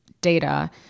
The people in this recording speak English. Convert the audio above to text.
data